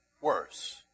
worse